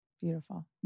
Beautiful